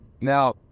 Now